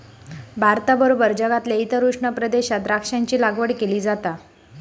भारताबरोबर जगातल्या इतर उष्ण प्रदेशात द्राक्षांची लागवड केली जा